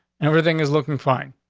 everything is looking fine.